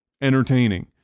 entertaining